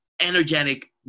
energetic